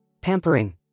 Pampering